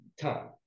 time